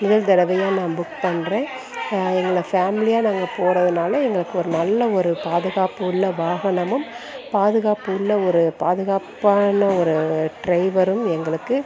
முதல் தடவையாக நான் புக் பண்ணுறேன் எங்களை ஃபேம்லியாக நாங்கள் போகிறதுனால எங்களுக்கு ஒரு நல்ல ஒரு பாதுகாப்பு உள்ள வாகனமும் பாதுகாப்பு உள்ள ஒரு பாதுகாப்பான ஒரு டிரைவரும் எங்களுக்கு